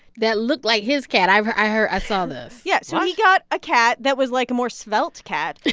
that looked like his cat. i but i heard i saw this yeah what? so he got a cat that was, like, a more svelte cat,